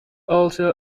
also